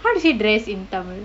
how to say dress in tamil